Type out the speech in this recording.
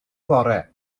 bore